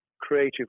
creative